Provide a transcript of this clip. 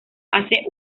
hace